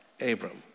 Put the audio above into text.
Abram